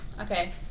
Okay